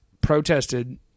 protested